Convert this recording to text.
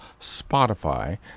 spotify